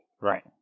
Right